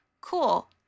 Cool